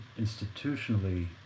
institutionally